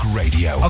radio